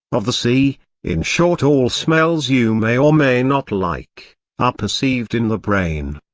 of the sea in short all smells you may or may not like are perceived in the brain.